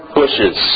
bushes